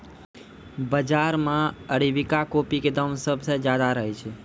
बाजार मॅ arabica coffee के दाम सबसॅ ज्यादा रहै छै